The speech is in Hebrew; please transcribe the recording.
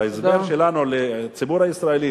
בהסבר שלנו לציבור הישראלי,